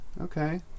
Okay